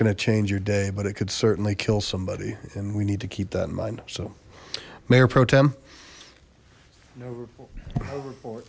gonna change your day but it could certainly kill somebody and we need to keep that in mind so mayor pro te